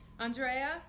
Andrea